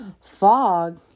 Fog